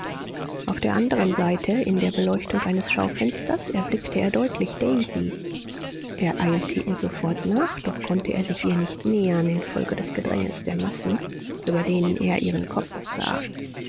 auf der anderen seite in der beleuchtung eines schaufensters erblickte er deutlich daisy er eilte ihr sofort nach doch konnte er sich ihr nicht nähern infolge des gedränges der massen über denen er ihren kopf sah